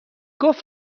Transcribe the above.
گفت